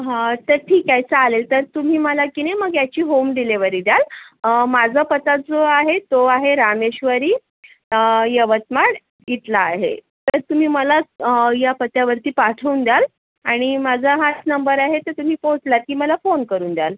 हा तर ठीक आहे चालेल तर तुम्ही मला की नाही मग ह्याची होम डिलीवरी द्याल माझा पत्ता जो आहे तो आहे रामेश्वरी यवतमाळ इथला आहे तर तुम्ही मला ह्या पत्त्यावरती पाठवून द्याल आणि माझा हाच नंबर आहे तर तुम्ही पोहोचलात की मला फोन करून द्याल